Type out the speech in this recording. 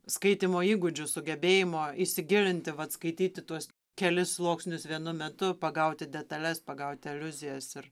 skaitymo įgūdžių sugebėjimo įsigilinti vat skaityti tuos kelis sluoksnius vienu metu pagauti detales pagauti aliuzijas ir